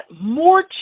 more